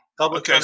Public